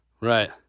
Right